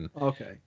Okay